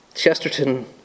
Chesterton